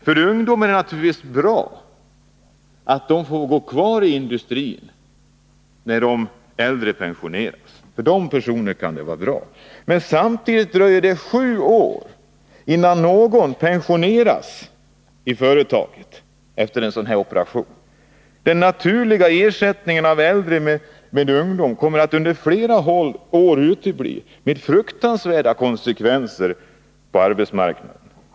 För ungdomarna kan det naturligtvis vara bra att få gå kvar i industrin när de äldre pensioneras. Men samtidigt dröjer det sju år innan någon pensioneras i företaget efter en sådan här operation. Den naturliga ersättningen av äldre med ungdomar kommer att under flera år utebli, med fruktansvärda konsekvenser på arbetsmarknaden.